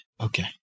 Okay